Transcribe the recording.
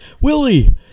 Willie